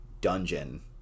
dungeon